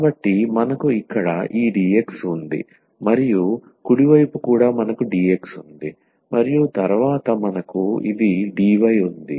కాబట్టి మనకు ఇక్కడ ఈ dx ఉంది మరియు కుడి వైపు కూడా మనకు dx ఉంది మరియు తరువాత మనకు ఇది dy ఉంది